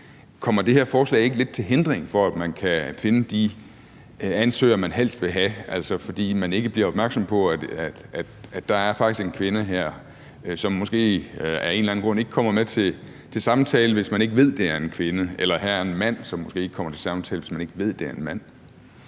bliver det her forslag så ikke lidt en hindring for, at man kan finde de ansøgere, man helst vil have, altså fordi man ikke bliver opmærksom på, at der faktisk er en kvinde, og den kvinde måske af en eller anden grund ikke kommer med til samtale, hvis man ikke ved, det er en kvinde, eller der er en mand, som måske ikke kommer til samtale, hvis man ikke ved, det er en mand?